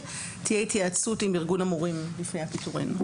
תהיה התייעצות עם ארגון המורים לפני הפיטורין,